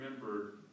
remember